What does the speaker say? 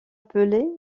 appelé